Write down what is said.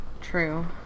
True